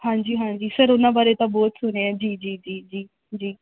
ਹਾਂਜੀ ਹਾਂਜੀ ਸਰ ਉਹਨਾਂ ਬਾਰੇ ਤਾਂ ਬਹੁਤ ਸੁਣਿਆ ਜੀ ਜੀ ਜੀ ਜੀ ਜੀ